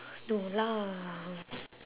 no lah